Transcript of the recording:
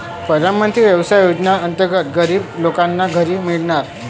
प्रधानमंत्री आवास योजनेअंतर्गत गरीब लोकांना घरे मिळणार